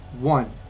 One